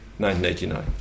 1989